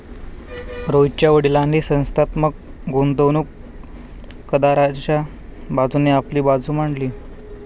रोहितच्या वडीलांनी संस्थात्मक गुंतवणूकदाराच्या बाजूने आपली बाजू मांडली